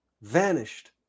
vanished